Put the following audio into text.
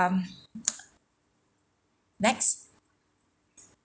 next